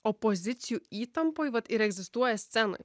opozicijų įtampoj vat ir egzistuoja scenoj